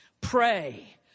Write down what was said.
pray